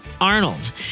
Arnold